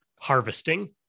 harvesting